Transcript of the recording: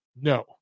no